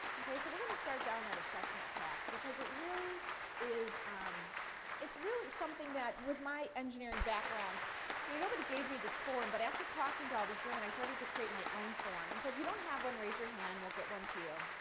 okay? so we're going to start down that assessment path because it really is um it's really something that with my engineering background you nobody gave me this form, but after talking to all these women i started to create my own form. and so if you don't have one raise your hand, we'll get one to you.